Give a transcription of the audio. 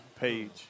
page